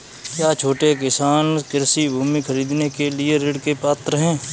क्या छोटे किसान कृषि भूमि खरीदने के लिए ऋण के पात्र हैं?